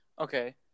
Okay